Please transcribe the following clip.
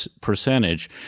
percentage